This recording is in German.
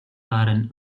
waren